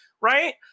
right